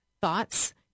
thoughts